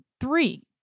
Three